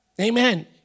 Amen